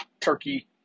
turkey